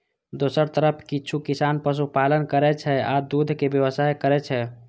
दोसर तरफ किछु किसान पशुपालन करै छै आ दूधक व्यवसाय करै छै